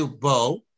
Bo